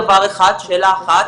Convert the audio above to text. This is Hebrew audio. הייתי שמח --- דקה, יעקב.